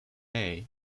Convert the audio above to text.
are